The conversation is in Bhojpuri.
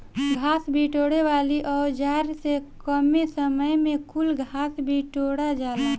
घास बिटोरे वाली औज़ार से कमे समय में कुल घास बिटूरा जाला